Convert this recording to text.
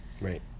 Right